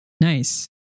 Nice